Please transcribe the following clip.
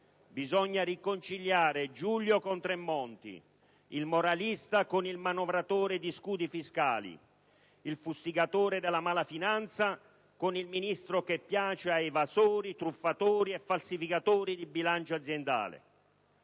Bisogna riconciliare Giulio con Tremonti, il moralista con il manovratore di scudi fiscali, il fustigatore della mala finanza con il Ministro che piace ad evasori, truffatori e falsificatori di bilancio aziendale».